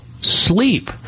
sleep